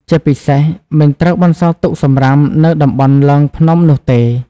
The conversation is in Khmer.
ជាពិសេស មិនត្រូវបន្សល់ទុកសំរាមនៅតំបន់ឡើងភ្នំនោះទេ។